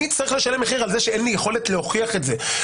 אני אצטרך לשלם מחיר על זה שאין לי יכולת להוכיח את זה.